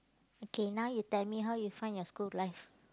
okay now you tell me how you find your school life